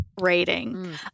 rating